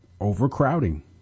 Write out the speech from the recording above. overcrowding